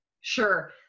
sure